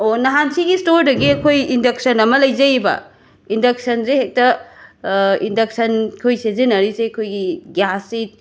ꯑꯣ ꯅꯍꯥꯟ ꯁꯤꯒꯤ ꯁ꯭ꯇꯣꯔꯗꯒꯤ ꯑꯩꯈꯣꯏ ꯏꯟꯗꯛꯁꯟ ꯑꯃ ꯂꯩꯖꯩꯕ ꯏꯟꯗꯛꯁꯟꯖꯦ ꯍꯦꯛꯇ ꯏꯟꯗꯛꯁꯟ ꯑꯩꯈꯣꯏ ꯁꯤꯖꯤꯟꯅꯔꯤꯁꯦ ꯑꯩꯈꯣꯏꯒꯤ ꯒ꯭ꯌꯥꯁꯁꯦ